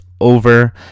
over